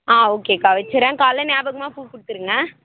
ஆ okay அக்கா வச்சுரேன் காலையில ஞாபகமாக பூக்கொடுத்துருங்க